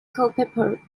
culpeper